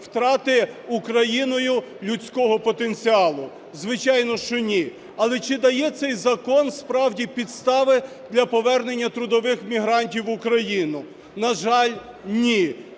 втрати Україною людського потенціалу? Звичайно, що ні. Але чи дає цей закон справді підстави для повернення трудових мігрантів в Україну? На жаль, ні.